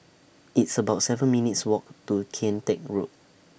It's about seven minutes' Walk to Kian Teck Road